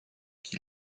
qui